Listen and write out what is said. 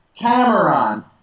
Cameron